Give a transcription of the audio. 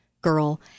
girl